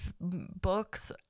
books